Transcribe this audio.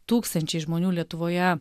tūkstančiai žmonių lietuvoje